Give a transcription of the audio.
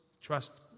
trust